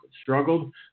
struggled